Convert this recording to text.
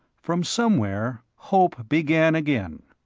from somewhere, hope began again.